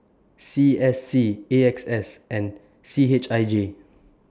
C S C A X S and C H I J